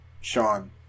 Sean